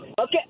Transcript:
Okay